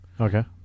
Okay